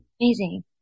Amazing